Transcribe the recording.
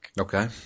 Okay